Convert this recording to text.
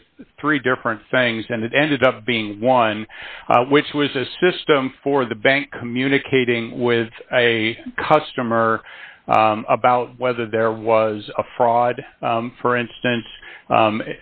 with three different things and it ended up being one which was a system for the bank communicating with a customer about whether there was a fraud for instance